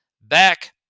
back